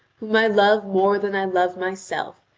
whom i love more than i love myself,